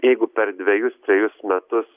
jeigu per dvejus trejus metus